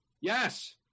Yes